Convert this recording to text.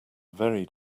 very